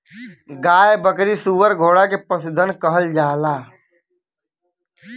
गाय बकरी सूअर घोड़ा के पसुधन कहल जाला